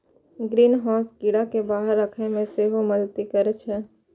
greenhouse कीड़ा कें बाहर राखै मे सेहो मदति करै छै